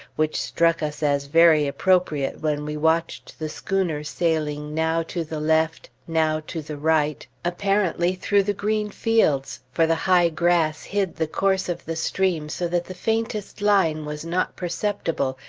which struck us as very appropriate when we watched the schooner sailing now to the left, now to the right, apparently through the green fields for the high grass hid the course of the stream so that the faintest line was not perceptible,